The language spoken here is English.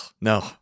no